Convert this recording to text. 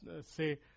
say